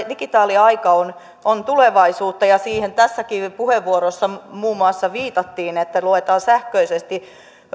digitaali aika on on tulevaisuutta ja siihen tässäkin puheenvuorossa muun muassa viitattiin että luetaan sähköisesti